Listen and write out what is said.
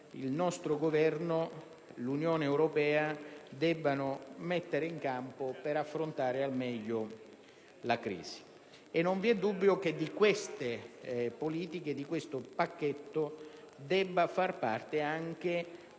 il nostro Governo, l'Unione europea debbano mettere in campo per affrontare al meglio la crisi e non vi è dubbio che di queste politiche e di questo pacchetto deve far parte anche